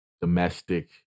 domestic